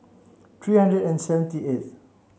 three hundred and seventy eighth